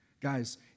Guys